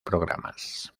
programas